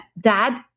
Dad